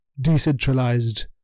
decentralized